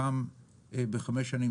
פעם בחמש שנים,